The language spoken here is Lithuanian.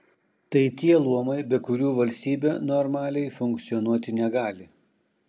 tai tie luomai be kurių valstybė normaliai funkcionuoti negali